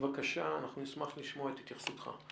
בבקשה, אנחנו נשמח לשמוע את התייחסותך.